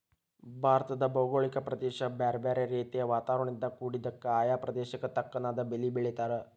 ಭಾರತದ ಭೌಗೋಳಿಕ ಪ್ರದೇಶ ಬ್ಯಾರ್ಬ್ಯಾರೇ ರೇತಿಯ ವಾತಾವರಣದಿಂದ ಕುಡಿದ್ದಕ, ಆಯಾ ಪ್ರದೇಶಕ್ಕ ತಕ್ಕನಾದ ಬೇಲಿ ಬೆಳೇತಾರ